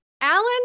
Alan